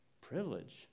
Privilege